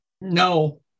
No